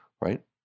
right